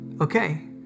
okay